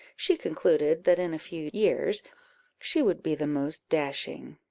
she concluded that in a few years she would be the most dashing.